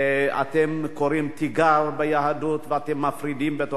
אתם קוראים תיגר על היהדות ואתם מפרידים בתוך העם.